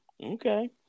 Okay